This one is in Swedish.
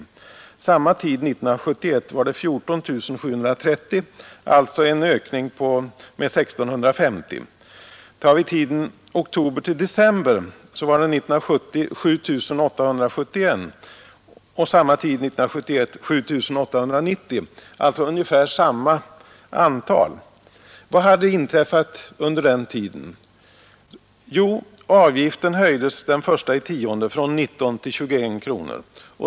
Under samma tid 1971 var antalet 14 730, alltså en ökning med 1 650. Under tiden oktober—-december 1970 var antalet 7 871 och under samma tid 1971 var antalet 7 890, alltså ungefär samma antal. Vad hade inträffat under den tiden? Jo, avgiften höjdes den 1 oktober från 19 kronor till 21 kronor.